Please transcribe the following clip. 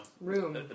Room